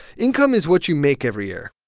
income is what you make every year.